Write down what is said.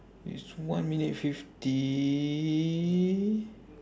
it's one minute fifty